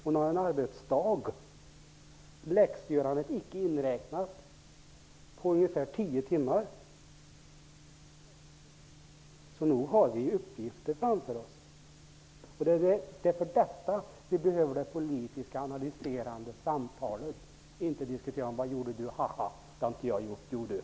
Hon har en arbetsdag -- läxorna inte inräknade -- på ungefär tio timmar. Nog har vi uppgifter framför oss. Det är till detta vi behöver det politiska analyserande samtalet. Vi skall inte diskutera om vad vi har gjort och inte gjort.